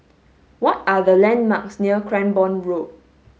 what are the landmarks near Cranborne Road